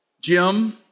Jim